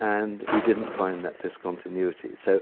and we didn't find that discontinuity. so